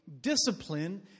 discipline